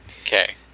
Okay